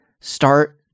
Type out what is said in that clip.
start